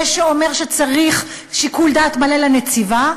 זה שאומר שצריך שיקול דעת מלא לנציבה,